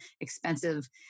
expensive